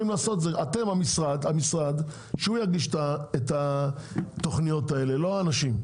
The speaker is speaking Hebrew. שהמשרד יגיש את התכניות האלה, לא האנשים.